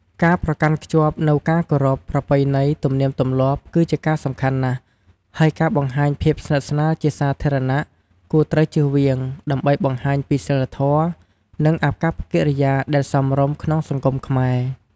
ការប្រកាន់ខ្ជាប់នូវការគោរព ប្រពៃណី ទំនៀមទម្លាប់គឺជាការសំខាន់ណាស់់ ហើយការបង្ហាញភាពស្និទ្ធស្នាលជាសាធារណៈគួរត្រូវជៀសវាង ដើម្បីបង្ហាញពីសីលធម៍ និងអាកប្បកិរិយាដែលសមរម្យក្នុងសង្គមខ្មែរ។